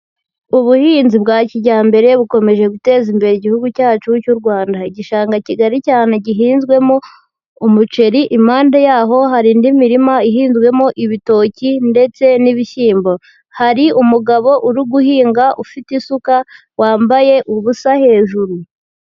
Ubuhinzi bwa kijyambere bukomeje guteza imbere Igihugu cyacu cy'u Rwanda, igishanga kigari cyane gihinzwemo umuceri impande yaho hari indi mirima ihinzwemo ibitoki ndetse n'ibishyimbo, hari umugabo uri guhinga ufite isuka wambaye ubusa hejuru.